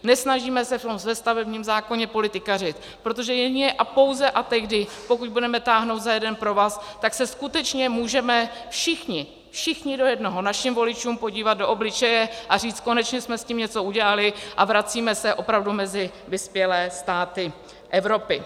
Nesnažíme se v tom stavebním zákoně politikařit, protože jedině a pouze a tehdy, pokud budeme táhnout za jeden provaz, tak se skutečně můžeme všichni, všichni do jednoho, našim voličům podívat do obličeje a říci: konečně jsme s tím něco udělali a vracíme se opravdu mezi vyspělé státy Evropy.